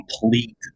complete